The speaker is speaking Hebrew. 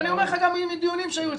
אני אומר לך גם מדיונים שהיו אצלנו.